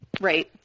Right